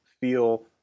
feel